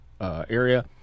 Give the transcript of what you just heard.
area